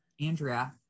Andrea